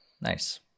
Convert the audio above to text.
Nice